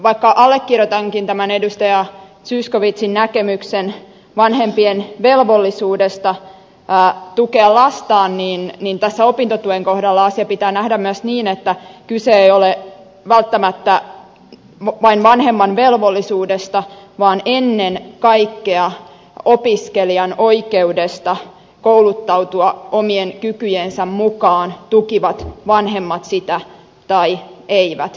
vaikka allekirjoitankin tämän edustaja zyskowiczin näkemyksen vanhempien velvollisuudesta tukea lastaan niin tässä opintotuen kohdalla asia pitää nähdä myös niin että kyse ei ole välttämättä vain vanhemman velvollisuudesta vaan ennen kaikkea opiskelijan oikeudesta kouluttautua omien kykyjensä mukaan tukivat vanhemmat sitä tai eivät